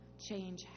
change